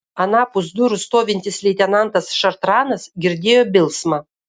anapus durų stovintis leitenantas šartranas girdėjo bilsmą